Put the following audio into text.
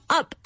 up